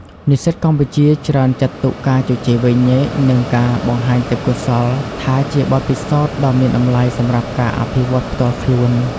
និស្សិតកម្ពុជាច្រើនចាត់ទុកការជជែកវែកញែក និងការបង្ហាញទេពកោសល្យថាជាបទពិសោធន៍ដ៏មានតម្លៃសម្រាប់ការអភិវឌ្ឍផ្ទាល់ខ្លួន។